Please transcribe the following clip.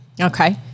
Okay